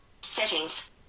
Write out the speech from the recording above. Settings